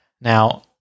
Now